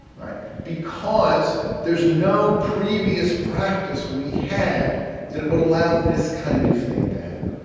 because there is no previous practice we had that would allow this kind of thing to happen.